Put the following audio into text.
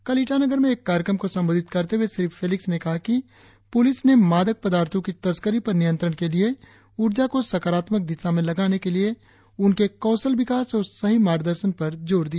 कल ईटानगर में एक कार्यक्रम को संबोधित करते हुए श्री फेलिक्स ने कहा कि पुलिस ने मादक पदार्थो की तस्करी पर नियंत्रण के लिए ऊर्जा को सकारात्मक दिशा में लगाने के लिए उनके कौशल विकास और सही मार्गदर्शन पर जोर दिया